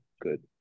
good